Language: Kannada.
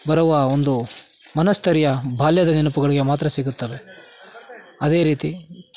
ಬರುವ ಒಂದು ಮನಸ್ಥೈರ್ಯ ಬಾಲ್ಯದ ನೆನಪುಗಳಿಗೆ ಮಾತ್ರ ಸಿಗುತ್ತವೆ ಅದೇ ರೀತಿ